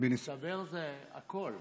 במצטבר זה הכול.